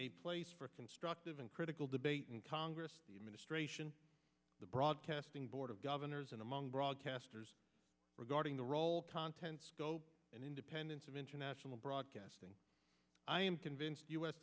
a place for a constructive and critical debate in congress the administration the broadcasting board of governors and among broadcasters regarding the role content scope and independence of international broadcasting i am convinced u